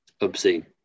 Obscene